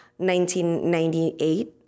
1998